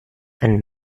ein